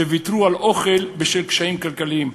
שוויתרו על אוכל בשל קשיים כלכליים.